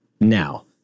now